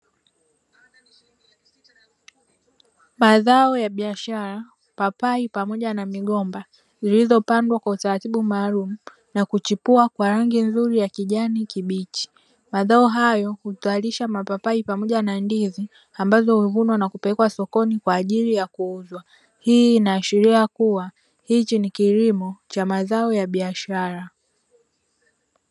Mazao ya biashara, papai pamoja na migomba zilizopangwa kwa utaratibu maalumu na kuchipua kwa rangi ya kijani kibichi. Mazao hayo huzalisha mapapai pamoja na ndizi ambazo huvunwa na kupelekwa sokoni kwa ajili ya kuuzwa. Hii inaashiria kuwa hiki ni kilimo cha mazao ya biashara.